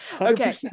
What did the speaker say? Okay